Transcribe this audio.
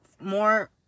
more